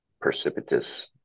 precipitous